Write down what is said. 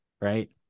right